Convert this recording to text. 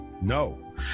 No